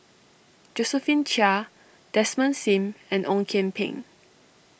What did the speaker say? Josephine Chia Desmond Sim and Ong Kian Peng